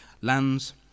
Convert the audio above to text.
lands